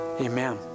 Amen